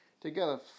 together